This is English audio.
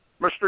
Mr